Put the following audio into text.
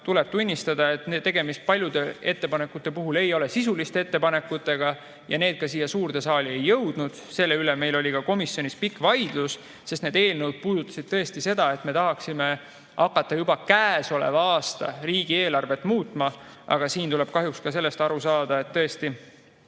Tuleb tunnistada, et paljude ettepanekute puhul ei ole tegu sisuliste ettepanekutega ja need ka siia suurde saali ei jõudnud. Selle üle meil oli ka komisjonis pikk vaidlus, sest need [ettepanekud] puudutasid tõesti seda, et me tahaksime hakata juba käesoleva aasta riigieelarvet muutma. Aga siin tuleb kahjuks aru saada, milline